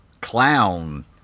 clown